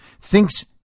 thinks